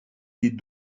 des